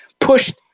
pushed